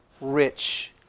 rich